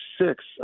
six